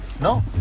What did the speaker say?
no